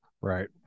right